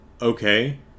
okay